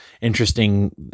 interesting